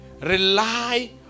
Rely